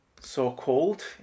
so-called